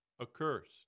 accursed